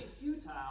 futile